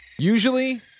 Usually